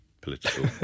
political